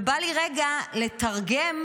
ובא לי רגע לתרגם